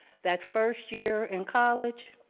that first year and college,